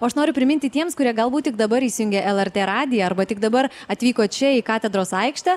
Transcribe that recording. o aš noriu priminti tiems kurie galbūt tik dabar įsijungė lrt radiją arba tik dabar atvyko čia į katedros aikštę